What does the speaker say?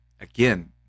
again